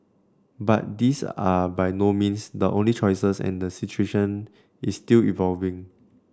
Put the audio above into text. but these are by no means the only choices and the situation is still evolving